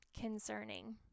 concerning